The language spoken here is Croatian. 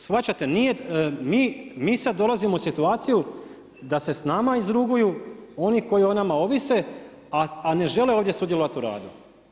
Shvaćate, nije, mi sada dolazimo u situaciju da se s nama izruguju oni koji o nama ovise a ne žele ovdje sudjelovati u radu.